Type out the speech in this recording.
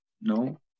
No